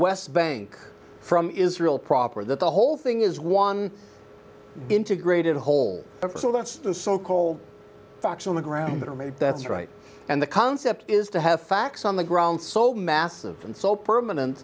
west bank from israel proper that the whole thing is one integrated whole so that's the so called facts on the ground that are made that's right and the concept is to have facts on the ground so massive and so permanent